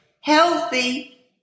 healthy